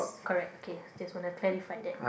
correct okay just want to clarify that